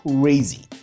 crazy